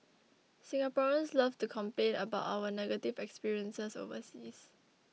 Singaporeans love to complain about our negative experiences overseas